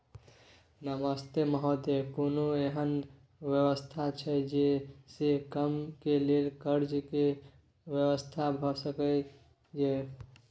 नमस्ते महोदय, कोनो एहन व्यवस्था छै जे से कम के लेल कर्ज के व्यवस्था भ सके ये?